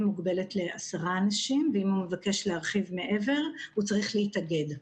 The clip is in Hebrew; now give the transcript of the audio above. מוגבלת לעשרה אנשים ואם אדם מבקש להרחיב מעבר הוא צריך להתאגד.